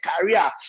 career